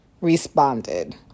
responded